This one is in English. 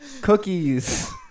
cookies